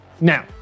Now